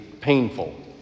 painful